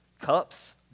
cups